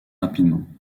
rapidement